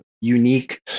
unique